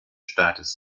staates